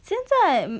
现在